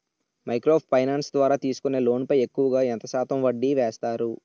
Micro finance ద్వారా తీసుకునే loan పై ఎక్కువుగా ఎంత శాతం వడ్డీ వేస్తారు?